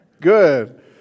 good